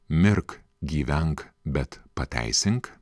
mirk gyvenk bet pateisink